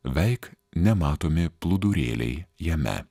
veik nematomi plūdurėliai jame